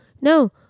no